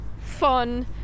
fun